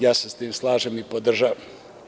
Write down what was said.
Ja se sa tim slažem i podržavam.